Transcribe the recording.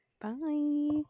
bye